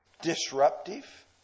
disruptive